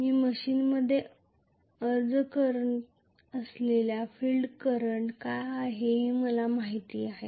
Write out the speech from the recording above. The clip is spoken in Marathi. मी मशीनमध्ये लागू करीत असलेला फील्ड करंट काय आहे हे मला माहित आहे